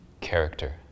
character